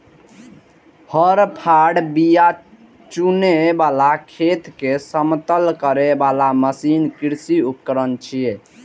हर, फाड़, बिया बुनै बला, खेत कें समतल करै बला मशीन कृषि उपकरण छियै